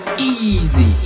Easy